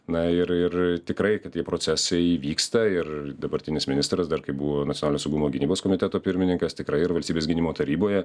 na ir ir tikrai kad tie procesai įvyksta ir dabartinis ministras dar kaip buvo nacionalinio saugumo gynybos komiteto pirmininkas tikrai ir valstybės gynimo taryboje